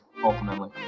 ultimately